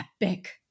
epic